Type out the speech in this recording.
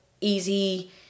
easy